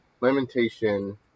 lamentation